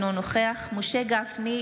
אינו נוכח משה גפני,